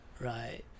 Right